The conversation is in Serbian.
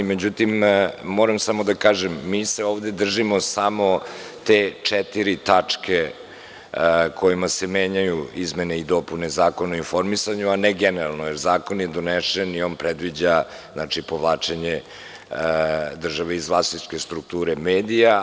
Međutim, moram samo da kažem da se mi ovde držimo samo te četiri tačke kojima se menjaju izmene i dopune Zakona o informisanju, a ne generalno, jer zakon je donesen i on predviđa povlačenje države iz vlasničke strukture medija.